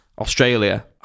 Australia